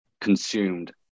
consumed